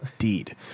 Indeed